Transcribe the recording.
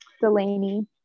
Delaney